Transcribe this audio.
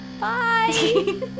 bye